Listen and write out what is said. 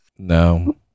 No